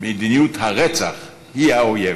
מדיניות הרצח היא האויב,